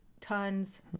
tons